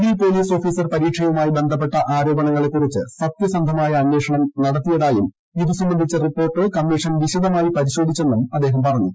civil police officer പരീക്ഷയുമായി ബന്ധപ്പെട്ട ആരോപണങ്ങളെക്കുറിച്ച് സത്യസന്ധമായ അന്വേഷണം നടത്തിയതായും ഇതുസംബന്ധിച്ച റിപ്പോർട്ട് കമ്മീഷൻ വിശദമായി പരിശോധിച്ചതായും അദ്ദേഹം പറഞ്ഞു